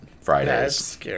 Fridays